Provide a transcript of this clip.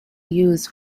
used